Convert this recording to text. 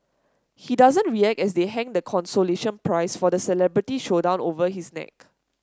he doesn't react as they hang the consolation prize for the celebrity showdown over his neck